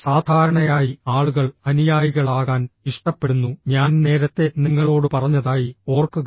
സാധാരണയായി ആളുകൾ അനുയായികളാകാൻ ഇഷ്ടപ്പെടുന്നു ഞാൻ നേരത്തെ നിങ്ങളോട് പറഞ്ഞതായി ഓർക്കുക